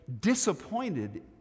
disappointed